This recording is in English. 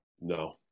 No